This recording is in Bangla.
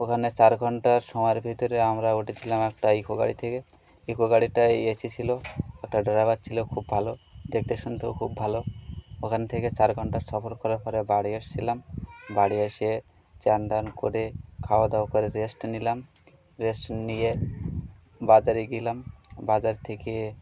ওখানে চার ঘণ্টা সময়ের ভিতরে আমরা উঠেছিলাম একটা ইকো গাড়িতে ইকো গাড়িটাই এসেছিল একটা ড্রাইভার ছিল খুব ভালো দেখতে শুনতেও খুব ভালো ওখান থেকে চার ঘণ্টার সফর করার পরে বাড়ি এসেছিলাম বাড়ি এসে স্নান দান করে খাওয়া দাওয়া করে রেস্ট নিলাম রেস্ট নিয়ে বাজারে গেলাম বাজার থেকে